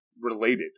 related